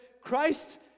Christ